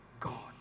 God